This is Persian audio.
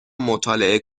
مطالعه